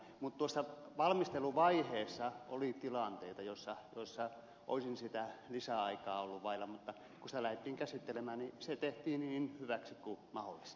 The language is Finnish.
mutta valmisteluvaiheessa oli tilanteita joissa olisin lisäaikaa ollut vailla mutta kun sitä lähdettiin käsittelemään se tehtiin niin hyväksi kuin mahdollista